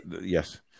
yes